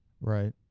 Right